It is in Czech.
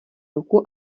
ruku